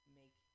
make